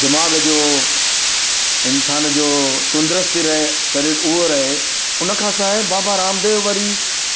दीमाग़ु जो इन्सानु जो तुंदरस्ती रहे शरीर उहो रहे उनखां सवाइ बाबा रामदेव वरी